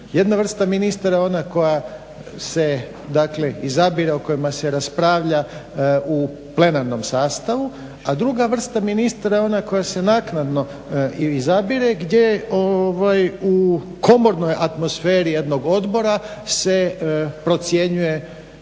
Jedna vrsta ministara je ona koja se, dakle izabire, o kojima se raspravlja u plenarnom sastavu a druga vrsta ministara je ona koja se naknadno izabire gdje u komornoj atmosferi jednog odbora se procjenjuje